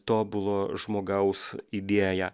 tobulo žmogaus idėją